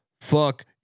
fuck